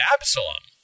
Absalom